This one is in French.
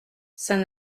saint